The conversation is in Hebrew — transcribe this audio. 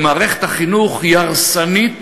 במערכת החינוך היא הרסנית